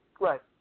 Right